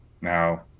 Now